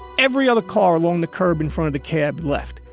every other car along the curb in front of the cab left.